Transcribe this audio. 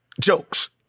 jokes